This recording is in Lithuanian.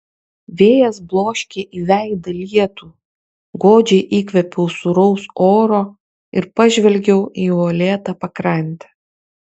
vėjas bloškė į veidą lietų godžiai įkvėpiau sūraus oro ir pažvelgiau į uolėtą pakrantę